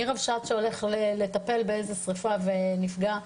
מרבש"צ שהולך לטפל באיזו שריפה ונפגע,